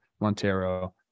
Montero